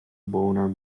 boner